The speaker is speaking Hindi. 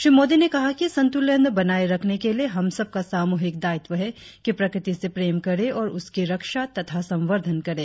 श्री मोदी ने कहा कि संतुलन बनाये रखने के लिए हम सब का सामूहिक दायित्व है कि प्रकृति से प्रेम करे और उसकी रक्षा तथा संवर्धन करे